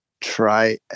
try